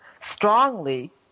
strongly